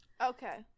okay